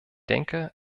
denke